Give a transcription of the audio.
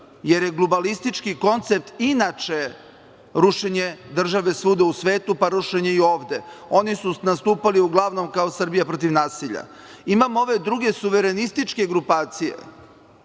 jer je globalistički koncept inače rušenje države svuda u svetu, pa rušenje i ovde. Oni su nastupali uglavnom kao „Srbija protiv nasilja“. Imamo ove druge suverenističke grupacije